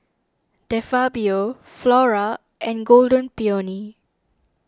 De Fabio Flora and Golden Peony